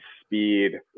speed